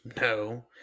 No